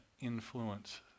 influence